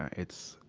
it's.